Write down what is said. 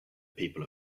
people